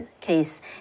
case